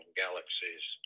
galaxies